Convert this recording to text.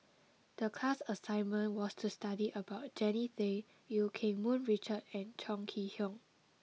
the class assignment was to study about Jannie Tay Eu Keng Mun Richard and Chong Kee Hiong